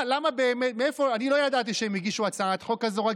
אני לא ידעתי שהם הגישו הצעת חוק כזאת,